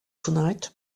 tonight